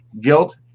Guilt